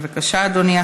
בבקשה, אדוני.